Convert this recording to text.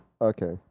Okay